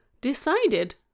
decided